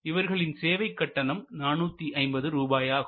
இவர்களின் சேவை கட்டணம் 450 ரூபாயாகும்